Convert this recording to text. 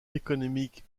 économique